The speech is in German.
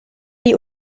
die